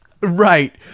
Right